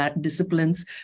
disciplines